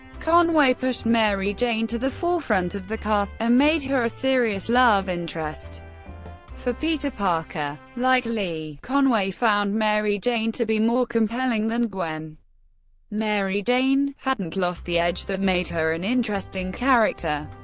conway pushed mary jane to the forefront of the cast, and ah made her a serious love interest for peter parker. like lee, conway found mary jane to be more compelling than gwen mary jane hadn't lost the edge that made her an interesting character.